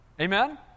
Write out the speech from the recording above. Amen